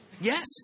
Yes